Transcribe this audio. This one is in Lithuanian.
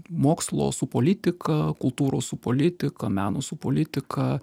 mokslo su politika kultūros su politika meno su politika